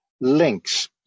links